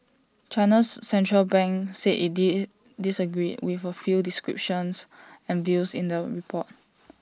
China's Central Bank said IT disagreed with A few descriptions and views in the report